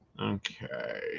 Okay